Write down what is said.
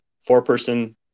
four-person